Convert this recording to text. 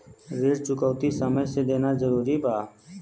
ऋण चुकौती समय से देना जरूरी बा?